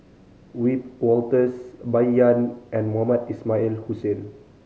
Wiebe Wolters Bai Yan and Mohamed Ismail Hussain